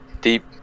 deep